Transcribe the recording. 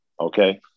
Okay